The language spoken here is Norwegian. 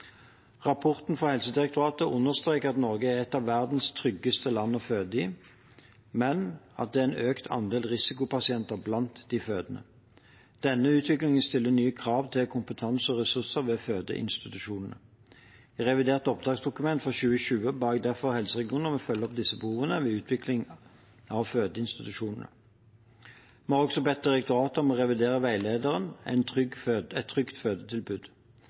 Rapporten fra Helsedirektoratet understreker at Norge er et av verdens tryggeste land å føde i, men at det er en økt andel risikopasienter blant de fødende. Denne utviklingen stiller nye krav til kompetanse og ressurser ved fødeinstitusjonene. I revidert oppdragsdokument for 2020 ba jeg derfor helseregionene om å følge opp disse behovene ved utvikling av fødeinstitusjonene. Vi har også bedt direktoratet om å revidere veilederen Et trygt fødetilbud.